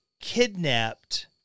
kidnapped